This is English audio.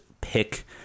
pick